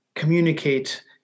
communicate